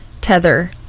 tether